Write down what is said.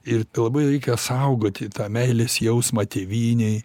ir labai reikia saugoti tą meilės jausmą tėvynei